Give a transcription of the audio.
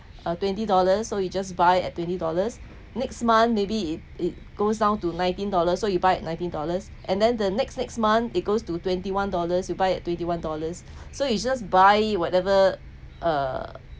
a twenty dollars so you just buy at twenty dollars next month maybe it it goes down to nineteen dollars so you buy at nineteen dollars and then the next next month it goes to twenty one dollars you buy at twenty one dollars so you just buy whatever uh